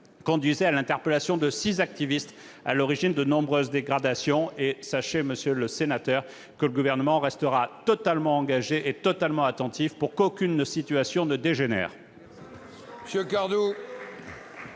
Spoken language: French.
conduit à l'interpellation de six activistes à l'origine de nombreuses dégradations. Sachez, monsieur le sénateur, que le Gouvernement restera totalement engagé et attentif pour qu'aucune situation ne dégénère.